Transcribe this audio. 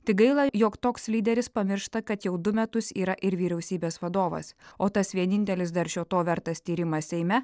tik gaila jog toks lyderis pamiršta kad jau du metus yra ir vyriausybės vadovas o tas vienintelis dar šio to vertas tyrimas seime